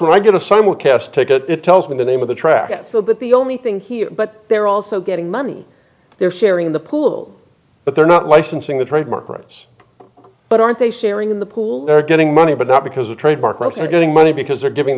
when i get a simulcast ticket it tells me the name of the track at the but the only thing here but they're also getting money they're sharing the pool but they're not licensing the trademark rights but aren't they sharing in the pool they're getting money but not because the trademark rights are getting money because they're giving